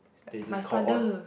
then it just caught on